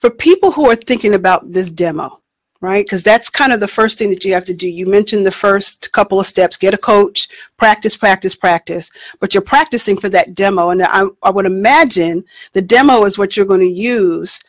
for people who are thinking about this demo right because that's kind of the first thing that you have to do you mention the first couple of steps get a coach practice practice practice but you're practicing for that demo and i would imagine the demo is what you're going to use